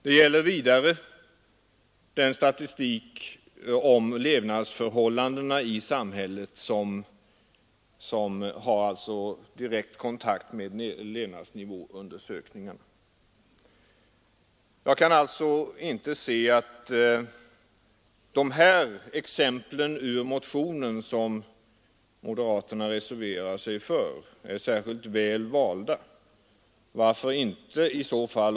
Det gäller vidare den statistik om levnadsförhållandena i samhället som har direkt kontakt med levnadsnivåundersökningen. Jag kan alltså inte se att de exempel ur motionen som moderaterna reserverar sig för är särskilt väl valda.